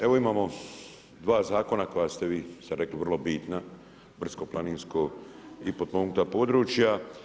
Evo imamo dva zakona koja ste vi ste rekli vrlo bitna, brdsko-planinsko i potpomognuta područja.